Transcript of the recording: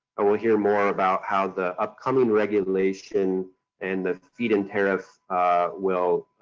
we'll hear more about how the upcoming regulation and the feed-in tariff will